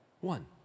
One